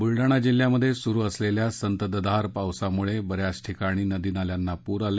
बुलडाणा जिल्ह्यात सुरू असलेल्या संततधार पावसामुळे ब याच ठिकाणी नदीनाल्यांना पूर आले